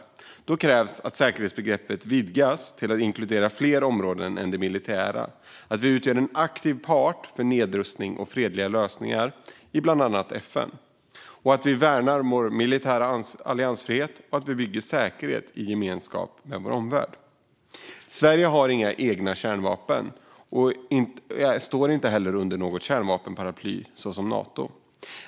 För det krävs att säkerhetsbegreppet vidgas till att inkludera fler områden än de militära, att vi utgör en aktiv part för nedrustning och fredliga lösningar i bland annat FN, att vi värnar vår militära alliansfrihet och att vi bygger säkerhet i gemenskap med vår omvärld. Sverige har inga egna kärnvapen och står heller inte under något kärnvapenparaply såsom Nato.